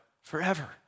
forever